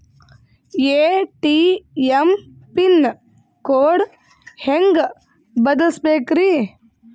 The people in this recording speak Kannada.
ಎ.ಟಿ.ಎಂ ಪಿನ್ ಕೋಡ್ ಹೆಂಗ್ ಬದಲ್ಸ್ಬೇಕ್ರಿ?